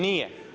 Nije.